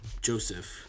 Joseph